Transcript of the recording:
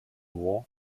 war